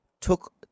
took